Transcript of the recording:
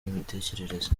n’imitekerereze